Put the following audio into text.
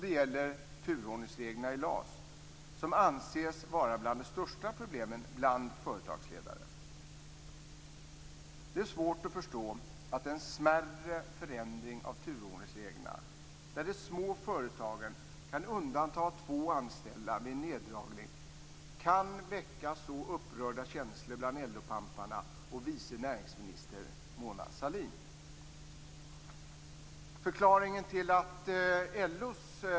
Det gäller turordningsreglerna i LAS, som bland företagsledare anses vara bland de största problemen. Det är svårt att förstå att en mindre förändring av turordningsreglerna, där de små företagen kan undanta två anställda vid en neddragning, kan väcka så upprörda känslor hos LO-pamparna och vice näringsminister Mona Sahlin.